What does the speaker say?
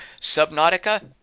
Subnautica